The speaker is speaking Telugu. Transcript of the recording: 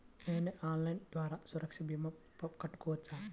నేను ఆన్లైన్ ద్వారా సురక్ష భీమా కట్టుకోవచ్చా?